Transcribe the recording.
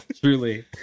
Truly